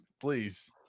please